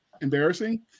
embarrassing